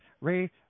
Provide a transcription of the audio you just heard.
Ray